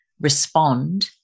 respond